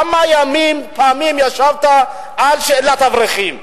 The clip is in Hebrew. כמה פעמים ישבת על שאלת האברכים?